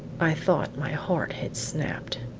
i thought my heart had snapped!